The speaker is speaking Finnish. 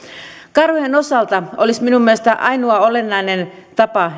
karhujen osalta olisi minun mielestäni ainoa olennainen tapa